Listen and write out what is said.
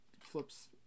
flips